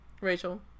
Rachel